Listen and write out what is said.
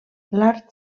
l’art